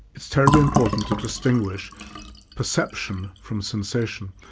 it's terribly important to distinguish perception from sensation.